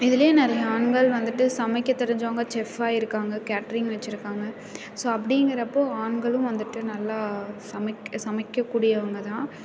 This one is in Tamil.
இதில் நிறைய ஆண்கள் வந்துட்டு சமைக்க தெரிஞ்சவங்க செஃப் ஆகியிருக்காங்க கேட்ரிங் வச்சுருக்காங்க ஸோ அப்படிங்கிறப்போ ஆண்களும் வந்துட்டு நல்லா சமைக்க சமைக்ககூடியவங்கதான்